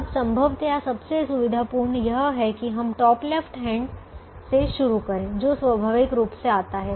अब संभवतया सबसे सुविधापूर्ण यह है कि हम टॉप लेफ्ट हैंड से शुरू करें जो स्वाभाविक रूप से आता है